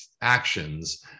actions